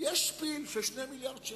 יש 2 מיליארד שקל.